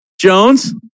Jones